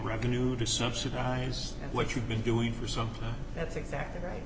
revenue to subsidize what you've been doing for something that's exactly right